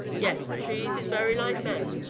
yes, trees is very like men,